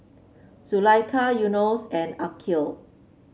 Zulaikha Yunos and Aqil